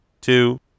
two